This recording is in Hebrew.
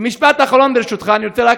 משפט אחרון ברשותך, אני רוצה רק,